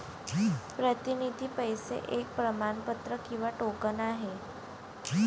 प्रतिनिधी पैसे एक प्रमाणपत्र किंवा टोकन आहे